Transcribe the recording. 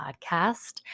podcast